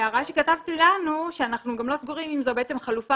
ההערה שכתבנו לנו היא שאנחנו גם לא סגורים אם זו בעצם חלופה